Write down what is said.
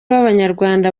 b’abanyarwanda